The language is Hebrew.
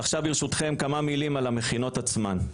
עכשיו, ברשותכם, כמה מילים על המכינות עצמן,